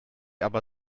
aber